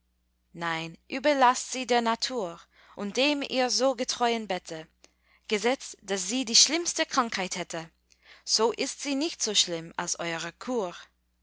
nein überlaßt sie der natur und dem ihr so getreuen bette gesetzt daß sie die schlimmste krankheit hätte so ist sie nicht so schlimm als eure kur